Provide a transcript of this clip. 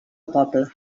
poble